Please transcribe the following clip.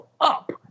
up